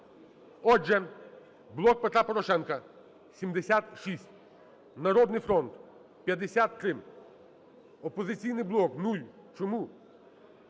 Отже, "Блок Петра Порошенка" – 76, "Народний фронт" – 53, "Опозиційний блок" – 0, чому?